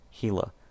Gila